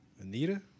Anita